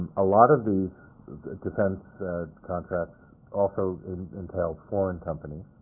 a lot of these defense contracts also entailed foreign companies